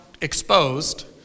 exposed